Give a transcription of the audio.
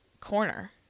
corner